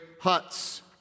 huts